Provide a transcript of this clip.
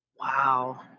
Wow